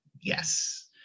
Yes